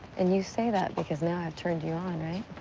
and you say that because now i've turned you on, right?